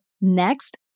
next